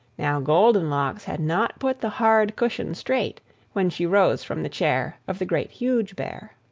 now goldenlocks had not put the hard cushion straight when she rose from the chair of the great, huge bear.